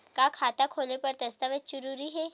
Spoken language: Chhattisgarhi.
का खाता खोले बर दस्तावेज जरूरी हे?